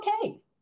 okay